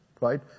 right